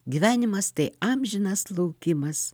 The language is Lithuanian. gyvenimas tai amžinas laukimas